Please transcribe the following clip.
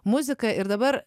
muzika ir dabar